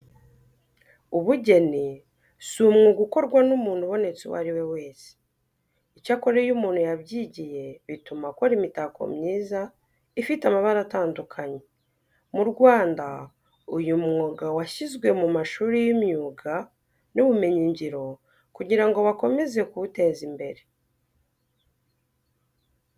Ubugeni si umwuga ukorwa n'umuntu ubonetse uwo ari we wese. Icyakora iyo umuntu yabyigiye bituma akora imitako myiza, ifite amabara atandukanye. Mu Rwanda uyu mwuga washyizwe mu mashuri y'imyuga n'ubumenyingiro kugira ngo bakomeze kuwuteza imbere.